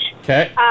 Okay